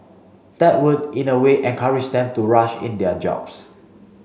that would in a way encourage them to rush in their jobs